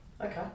Okay